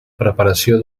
preparació